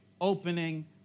opening